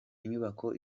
inyubako